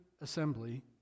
assembly